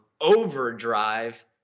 overdrive